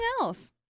else